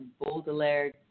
Baudelaire